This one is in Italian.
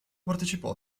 partecipò